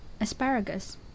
asparagus